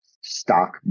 stock